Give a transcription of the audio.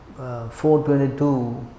422